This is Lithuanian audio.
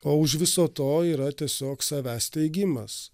o už viso to yra tiesiog savęs teigimas